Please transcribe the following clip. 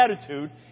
attitude